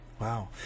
Wow